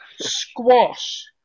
Squash